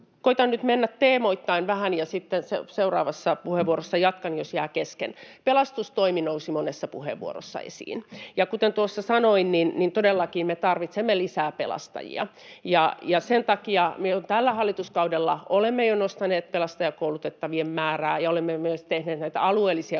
Koetan nyt mennä teemoittain vähän ja sitten seuraavassa puheenvuorossa jatkan, jos jää kesken. Pelastustoimi nousi monessa puheenvuorossa esiin, ja kuten tuossa sanoin, niin todellakin me tarvitsemme lisää pelastajia, ja sen takia me tällä hallituskaudella olemme jo nostaneet pelastajakoulutettavien määrää ja olemme myös tehneet näitä alueellisia